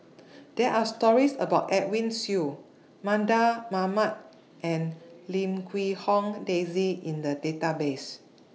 There Are stories about Edwin Siew Mardan Mamat and Lim Quee Hong Daisy in The Database